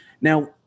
Now